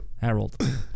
Harold